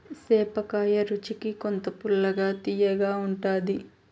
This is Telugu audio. సేపకాయ రుచికి కొంచెం పుల్లగా, తియ్యగా ఉంటాది